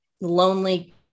lonely